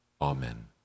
Amen